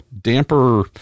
damper